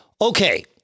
Okay